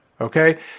okay